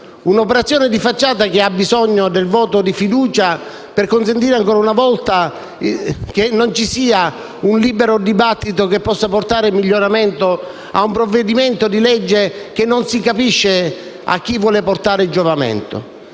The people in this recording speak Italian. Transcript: un'operazione di facciata, che ha bisogno del voto di fiducia per consentire, ancora una volta, che non vi sia un libero dibattito che possa portare miglioramento a un provvedimento di legge che non si capisce a chi vuole portare giovamento: